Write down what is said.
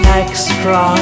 extra